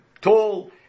tall